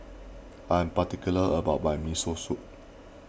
I am particular about my Miso Soup